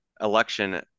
election